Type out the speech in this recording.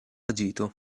agito